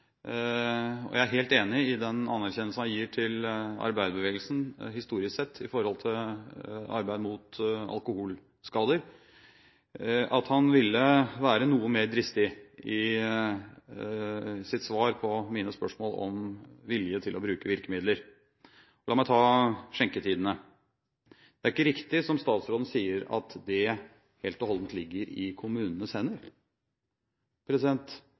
og jeg er helt enig i den anerkjennelse han gir arbeiderbevegelsen historisk sett for arbeid mot alkoholskader – ville være noe mer dristig i sitt svar på mine spørsmål om vilje til å bruke virkemidler. La meg ta skjenketidene: Det er ikke riktig, som statsråden sier, at det helt og holdent ligger i